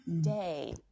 day